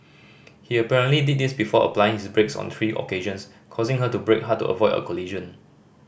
he apparently did this before applying his brakes on three occasions causing her to brake hard to avoid a collision